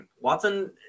Watson